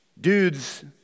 dudes